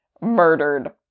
murdered